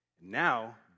Now